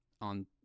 on